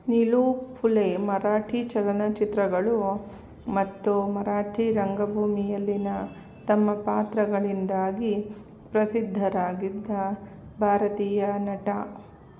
ನಿಳೂ ಫುಲೆ ಮರಾಠಿ ಚಲನಚಿತ್ರಗಳು ಮತ್ತು ಮರಾಠಿ ರಂಗಭೂಮಿಯಲ್ಲಿನ ತಮ್ಮ ಪಾತ್ರಗಳಿಂದಾಗಿ ಪ್ರಸಿದ್ಧರಾಗಿದ್ದ ಭಾರತೀಯ ನಟ